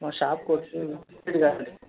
మా షాప్కొచ్చి చూద్దురు గానీ